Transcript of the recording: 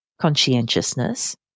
conscientiousness